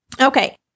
okay